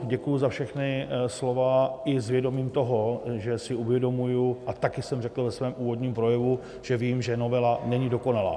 Děkuju za všechna slova i s vědomím toho, že si uvědomují a taky jsem to řekl ve svém úvodním projevu, že vím že novela není dokonalá.